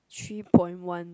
three point one